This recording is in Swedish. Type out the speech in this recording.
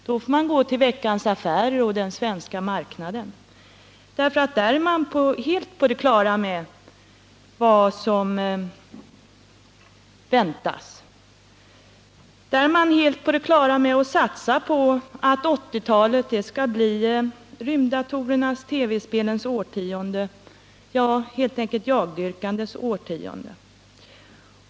Man får gå till Veckans Affärer och Den Svenska Marknaden. Där är man helt på det klara med vad som väntas. Där är man helt klar över att satsa på att 1980-talet skall bli rymddatorernas och TV-spelens årtionde, ja, helt enkelt jagdyrkandets årtionde.